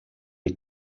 est